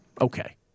Okay